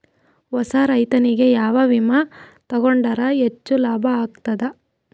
ಹೊಸಾ ರೈತನಿಗೆ ಯಾವ ವಿಮಾ ತೊಗೊಂಡರ ಹೆಚ್ಚು ಲಾಭ ಆಗತದ?